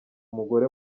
mugore